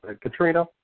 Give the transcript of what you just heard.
Katrina